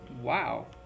Wow